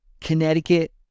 Connecticut